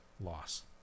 Loss